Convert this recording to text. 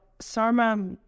Sarma